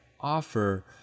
offer